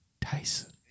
Tyson